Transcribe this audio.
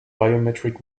biometric